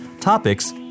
topics